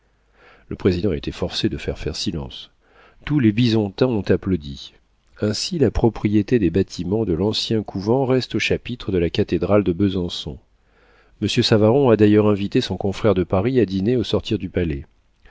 le président a été forcé de faire faire silence tous les bisontins ont applaudi ainsi la propriété des bâtiments de l'ancien couvent reste au chapitre de la cathédrale de besançon monsieur savaron a d'ailleurs invité son confrère de paris à dîner au sortir du palais